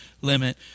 limit